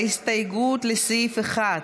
הסתייגויות לסעיף 1,